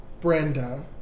Brenda